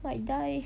might die